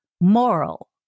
moral